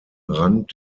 rand